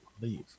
leave